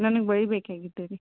ನನಗೆ ಒಯ್ಯಬೇಕಾಗಿತ್ತು ರೀ